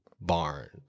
barn